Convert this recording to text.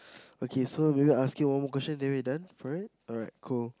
okay so maybe I ask you one more question then we done for it alright cool